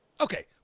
Okay